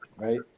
right